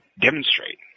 demonstrate